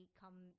come